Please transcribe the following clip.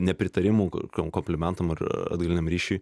nepritarimų komplimentam ar atgaliniam ryšiui